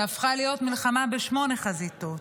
שהפכה להיות מלחמה בשמונה חזיתות.